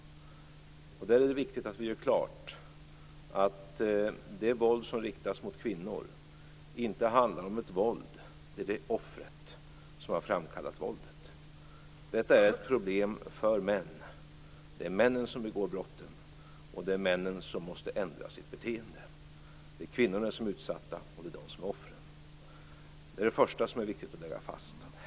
Där är det viktigt att vi gör klart att det våld som riktas mot kvinnor inte handlar om ett våld där det är offret som har framkallat våldet. Detta är ett problem för män. Det är männen som begår brotten, och det är männen som måste ändra sitt beteende. Det är kvinnorna som är utsatta och det är de som är offren. Det är det första som är viktigt att lägga fast.